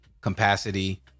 capacity